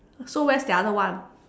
so where's the other one